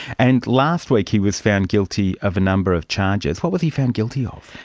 and last week he was found guilty of a number of charges. what was he found guilty of?